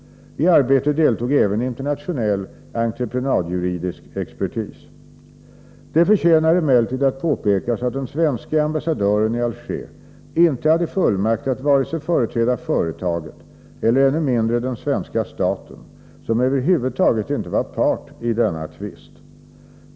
I arbetet deltog även internationell entreprenadjuridisk expertis. Det förtjänar emellertid att påpekas att den svenska ambassadören i Alger inte hade fullmakt att företräda företaget, och ännu mindre den svenska staten, som över huvud taget inte var part i denna tvist.